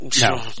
No